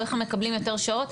או איך הם מקבלים יותר שעות,